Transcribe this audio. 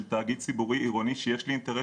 של תאגיד ציבורי עירוני שיש לי אינטרס